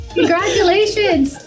Congratulations